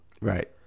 Right